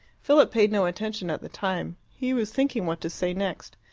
philip paid no attention at the time he was thinking what to say next.